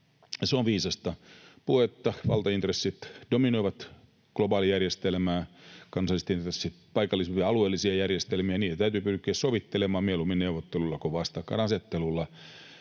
Se on viisasta puhetta. Valtaintressit dominoivat globaalijärjestelmää, kansalliset intressit paikallisia ja alueellisia järjestelmiä, ja niitä täytyy pyrkiä sovittelemaan mieluummin neuvottelulla kun vastakkainasettelulla.